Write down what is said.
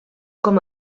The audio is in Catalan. com